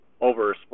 over